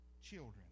children